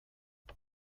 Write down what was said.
des